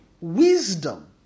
Wisdom